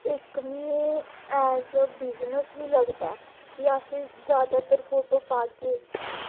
इक्क में एह् एज़ ए बिज़नेस बी लगदा कि अस जैदातर फोटोज़ पाह्गे